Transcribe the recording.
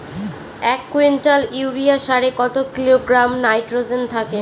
এক quintal urea সারে কত কিলোগ্রাম নাইট্রোজেন থাকে?